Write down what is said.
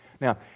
Now